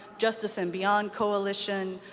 justice and beyond coalition,